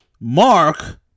Mark